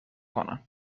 کنن